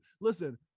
listen